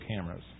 cameras